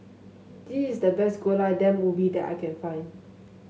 this is the best Gulai Daun Ubi that I can find